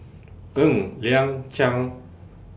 Ng Liang Chiang